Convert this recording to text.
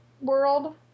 world